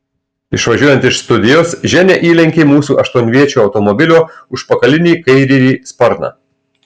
išvažiuojant iš studijos ženia įlenkė mūsų aštuonviečio automobilio užpakalinį kairįjį sparną